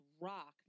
rock